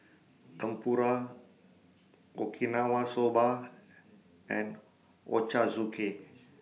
Tempura Okinawa Soba and Ochazuke